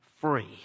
free